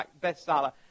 bestseller